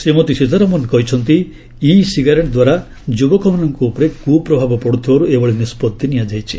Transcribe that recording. ଶ୍ରୀମତୀ ସୀତାରମଣ କହିଛନ୍ତି ଇ ସିଗାରେଟ୍ଦ୍ୱାରା ଯୁବକମାନଙ୍କ ଉପରେ କୁପ୍ରଭାବ ପଡ଼ୁଥିବାରୁ ଏଭଳି ନିଷ୍ପଭି ନିଆଯାଇଛି